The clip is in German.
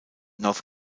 north